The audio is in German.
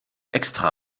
extra